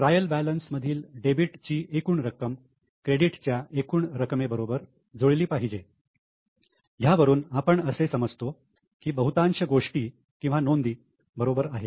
trial balance मधील debit ची एकूण रक्कम क्रेडिट च्या एकूण रकमेबरोबर जुळली पाहिजे ह्यावरून आपण असे समजतो की बहुतांश गोष्टी नोंदी बरोबर आहेत